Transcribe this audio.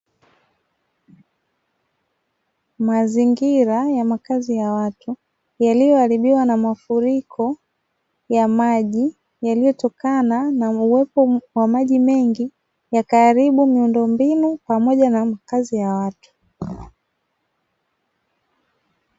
Mazingira ya makazi ya watu yaliyoharibiwa na mafuriko ya maji yaliyotokana na uwepo wa maji mengi, yakaharibu miundombinu pamoja na makazi ya watu.